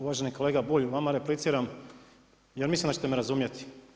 Uvaženi kolega Bulj, vama repliciram jer mislim da ćete me razumjeti.